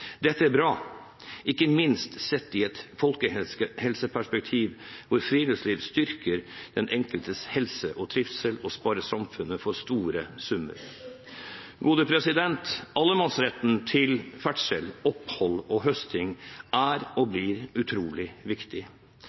Dette er bra, ikke minst sett i et folkehelseperspektiv, hvor friluftsliv styrker den enkeltes helse og trivsel og sparer samfunnet for store summer. Allemannsretten til ferdsel, opphold og høsting er og blir utrolig viktig.